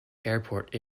airport